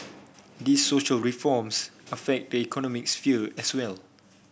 these social reforms affect the economic sphere as well